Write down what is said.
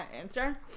answer